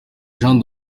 jean